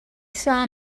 saw